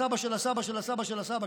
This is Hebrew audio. הסבא של הסבא של הסבא של הסבא,